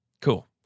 Cool